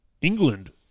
England